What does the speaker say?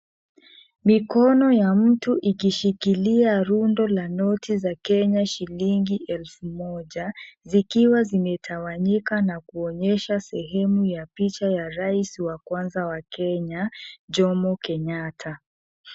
Mikono ya mtu ikishikilia rundo la noti za Kenya shilingi elfu moja, zikiwa zimetawanyika na kuonyesha sehemu ya picha ya rais wa kwanza wa Kenya Jomo Kenyatta.